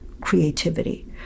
creativity